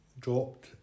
dropped